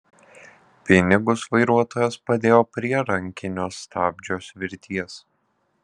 pinigus vairuotojas padėjo prie rankinio stabdžio svirties